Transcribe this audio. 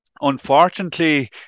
Unfortunately